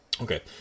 Okay